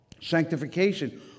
Sanctification